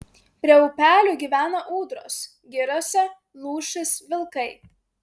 prie upelių gyvena ūdros giriose lūšys vilkai